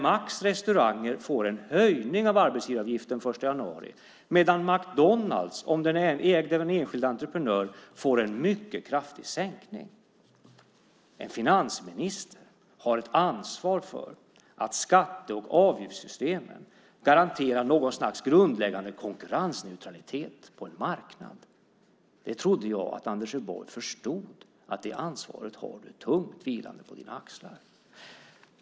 Max restauranger får en höjning av arbetsgivaravgiften den 1 januari medan en McDonalds, om den är ägd av en enskild entreprenör, för en mycket kraftig sänkning. En finansminister har ett ansvar för att skatte och avgiftssystemen garanterar något slag grundläggande konkurrensneutralitet på en marknad. Det trodde jag att Anders Borg förstod. Det ansvaret har du tungt vilande på dina axlar.